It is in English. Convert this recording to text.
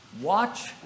Watch